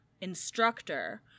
instructor